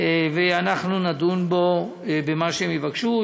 ואנחנו נדון במה שהם יבקשו.